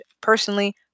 personally